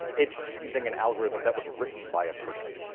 it's using an algorithm that was written by a person.